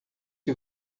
que